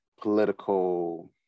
political